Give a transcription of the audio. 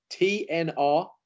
TNR